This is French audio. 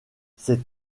ces